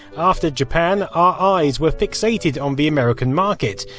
after japan, our eyes were fixated on the american market,